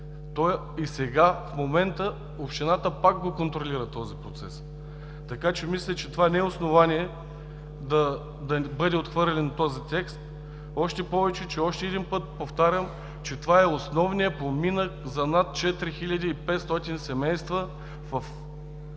И в момента общината пак контролира този процес. Мисля, че това не е основание да бъде отхвърлен този текст, още повече – още един път повтарям – че това е основният поминък за над 4500 семейства в района